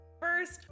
First